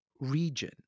region